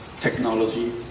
technology